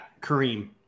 Kareem